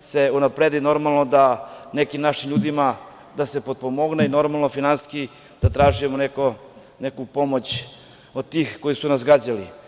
se unaprede i normalno da nekim našim ljudima da se potpomogne i normalno finansijski da tražimo neku pomoć od tih koji su nas gađali.